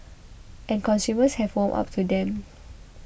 and consumers have warmed up to them